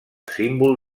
símbol